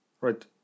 right